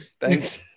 Thanks